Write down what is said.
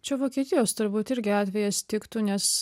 čia vokietijos turbūt irgi atvejis tiktų nes